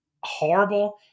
horrible